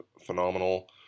phenomenal